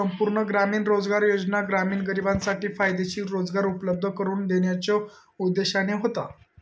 संपूर्ण ग्रामीण रोजगार योजना ग्रामीण गरिबांसाठी फायदेशीर रोजगार उपलब्ध करून देण्याच्यो उद्देशाने होता